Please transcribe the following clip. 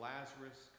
Lazarus